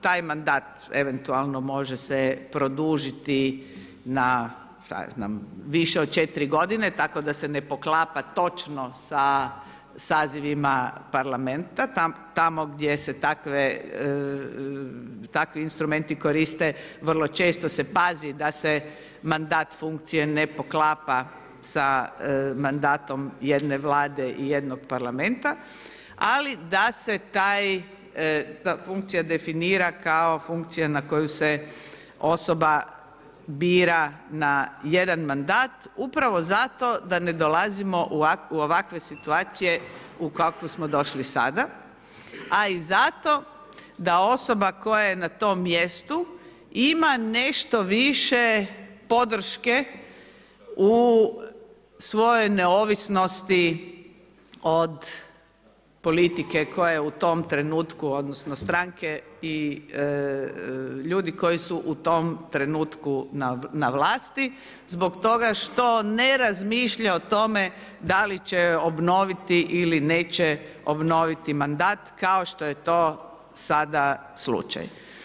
Taj mandat, eventualno može se produžiti, na više od 4 g. tako da se ne poklapa točno sa sazivima Parlamenta, tamo gdje se takvi instrumenti koriste, vrlo često se pazi da se mandat funkcije ne poklapa sa mandatom jedne vlade i jednog Parlamenta, ali da se taj funkcija definira kao funkcija na koju se osoba bira na jedan mandat, upravo zato, da ne dolazimo u ovakve situacije u kakvu smo došli sada, a i zato, da osoba koja je na tom mjestu ima nešto više podrške u svojoj neovisnosti od politike koja je u tom trenutku, odnosno, stranke i ljudi koji su u tom trenutku na vlasti, zbog toga što ne razmišljat o tome, da li će obnoviti ili neće obnoviti mandat, kao što je to sada slučaj.